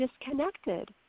disconnected